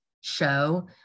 show